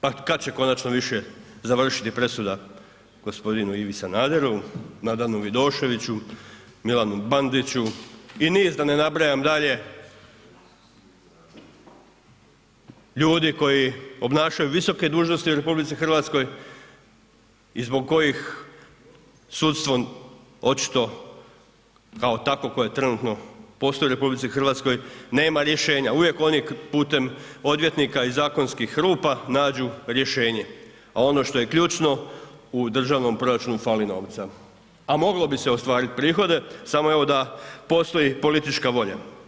Pa kad će konačno više završiti presuda g. Ivi Sanaderu, Nadanu Vidoševiću, Milanu Bandiću i niz da ne nabrajam dalje ljudi koji obnašaju visoke dužnosti u RH i zbog kojih sudstvo očito kao takvo koje trenutno postoji u RH nema rješenja, uvijek oni putem odvjetnika i zakonskih rupa nađu rješenje a ono što je ključno, u državnom proračunu fali novca a mogli bi se ostvariti prihode samo evo da, postoji politička volja.